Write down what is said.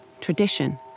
Tradition